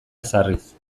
ezarriz